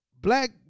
black